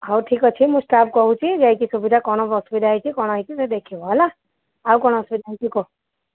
ହଉ ଠିକ୍ ଅଛି ମୁଁ ଷ୍ଟାଫ୍ କହୁଛି ଯାଇକି ସୁବିଧା କ'ଣ ଅସୁବିଧା ହୋଇଛି କ'ଣ ହୋଇଛି ସେ ଦେଖିବ ହେଲା ଆଉ କ'ଣ ଅସୁବିଧା ହୋଇଛି କୁହ